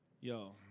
Yo